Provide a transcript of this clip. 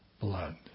blood